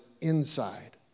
inside